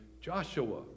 Joshua